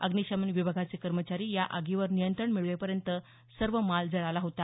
अग्निशमन विभागाचे कर्मचारी या आगीवर नियंत्रण मिळवेपर्यंत सर्व माल जळाला होता